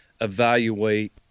evaluate